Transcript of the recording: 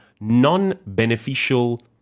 non-beneficial